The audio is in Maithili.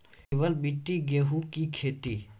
केवल मिट्टी गेहूँ की खेती?